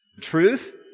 Truth